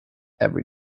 every